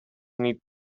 need